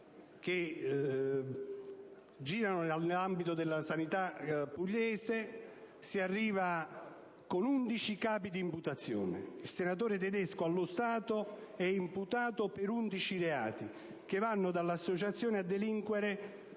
che si muovono nell'ambito della sanità pugliese; si arriva a 11 capi di imputazione. Il senatore Tedesco, allo stato, è imputato per 11 reati, che vanno dall'associazione a delinquere,